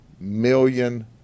million